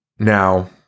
Now